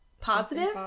positive